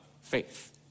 faith